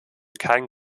kein